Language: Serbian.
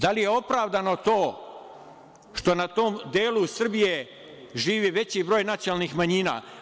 Da li je opravdano to što na tom delu Srbije živi veći broj nacionalnih manjina?